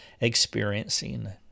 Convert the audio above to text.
experiencing